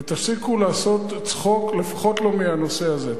תפסיקו לעשות צחוק, לפחות לא מהנושא הזה.